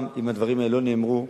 גם אם הדברים האלה לא נאמרו,